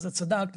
את צדקת,